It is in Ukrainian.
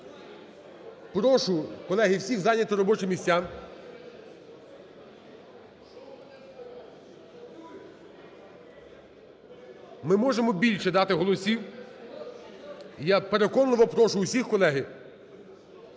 Прошу, колеги, всіх зайняти робочі місця. Ми можемо більше дати голосів. Я переконливо прошу усіх, колеги.